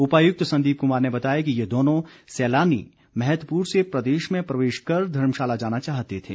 उपायुक्त संदीप कुमार ने बताया कि ये दोनों सैलानी मैहतपुर से प्रदेश में प्रवेश कर धर्मशाला जाना चाहते थे